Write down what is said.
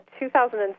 2007